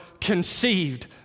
conceived